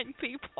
people